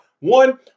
One